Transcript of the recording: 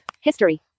History